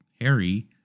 Harry